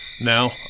Now